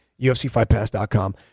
UFCFightPass.com